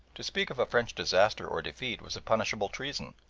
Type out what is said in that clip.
to speak of a french disaster or defeat was a punishable treason,